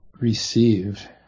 receive